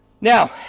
Now